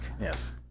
Yes